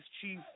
Chief